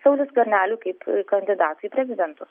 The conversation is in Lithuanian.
sauliui skverneliui kaip kandidatui į prezidentus